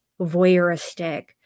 voyeuristic